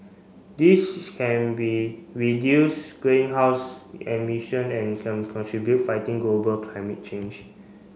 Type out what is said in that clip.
this is can be reduce greenhouse emission and contribute fighting global climate change